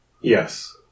Yes